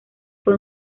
fue